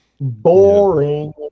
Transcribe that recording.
boring